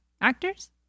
Actors